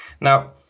Now